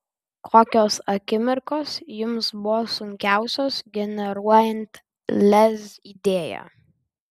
kokios akimirkos jums buvo sunkiausios generuojant lez idėją